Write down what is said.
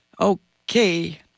Okay